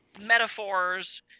metaphors